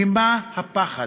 ממה הפחד?